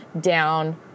down